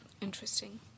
Interesting